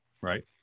Right